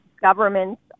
governments